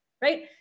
right